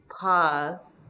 pause